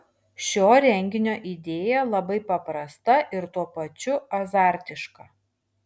šio renginio idėja labai paprasta ir tuo pačiu azartiška